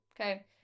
Okay